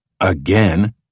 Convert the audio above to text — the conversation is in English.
Again